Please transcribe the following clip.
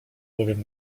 bowiem